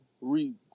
Read